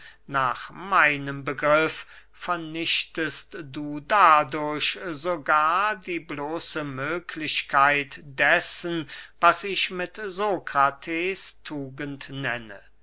nach meinem begriff vernichtest du dadurch sogar die bloße möglichkeit dessen was ich mit sokrates tugend nenne